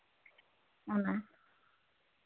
ᱚᱱᱟ